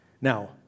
Now